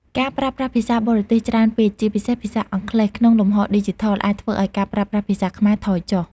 ការប្រើប្រាស់ភាសាបរទេសច្រើនពេក ជាពិសេសភាសាអង់គ្លេស ក្នុងលំហឌីជីថល អាចធ្វើឱ្យការប្រើប្រាស់ភាសាខ្មែរថយចុះ។